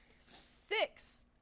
six